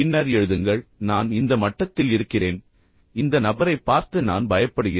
பதிலை எழுதுங்கள் நான் இந்த மட்டத்தில் இருக்கிறேன் இந்த நபரைப் பார்த்து நான் பயப்படுகிறேன்